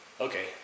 Okay